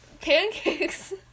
pancakes